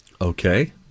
Okay